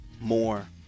more